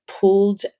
pulled